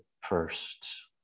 first